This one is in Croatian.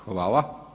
Hvala.